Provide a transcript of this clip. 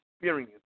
experience